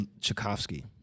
Tchaikovsky